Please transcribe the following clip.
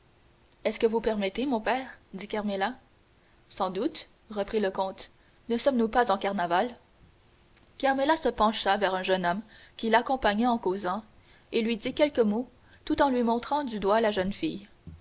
est-ce que vous permettez mon père dit carmela sans doute répondit le comte ne sommes-nous pas en carnaval carmela se pencha vers un jeune homme qui l'accompagnait en causant et lui dit quelques mots tout en lui montrant du doigt la jeune fille